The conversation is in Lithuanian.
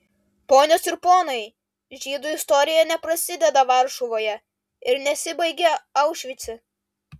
ponios ir ponai žydų istorija neprasideda varšuvoje ir nesibaigia aušvice